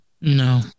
no